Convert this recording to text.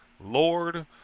Lord